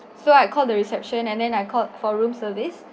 so I called the reception and then I called for room service